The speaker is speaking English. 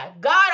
God